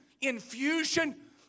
infusion